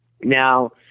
now